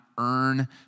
earn